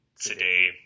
Today